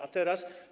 A teraz?